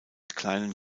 kleinen